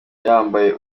yambaye